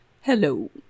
Hello